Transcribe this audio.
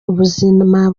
ubuzima